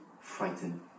frightened